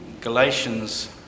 Galatians